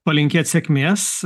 palinkėt sėkmės